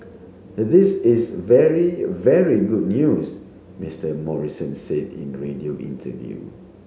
this is very very good news Mister Morrison said in a radio interview